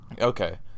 Okay